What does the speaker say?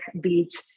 beach